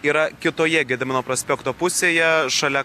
yra kitoje gedimino prospekto pusėje šalia